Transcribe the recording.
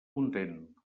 content